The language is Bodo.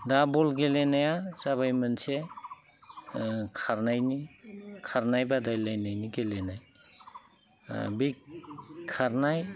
दा बल गेलेनाया जाबाय मोनसे खारनायनि खारनाय बादायलायनायनि गेलेनाय बे खारनाय